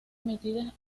emitidas